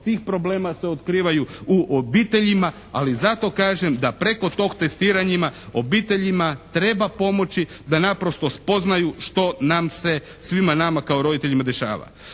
tih problema se otkrivaju u obiteljima, ali zato kažem da preko tog testiranja obiteljima treba pomoći da naprosto spoznaju što nam se svima nama kao roditeljima dešava.